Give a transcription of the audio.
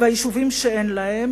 והיישובים שאין להם,